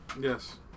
Yes